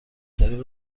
طریق